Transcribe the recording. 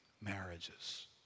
marriages